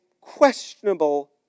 questionable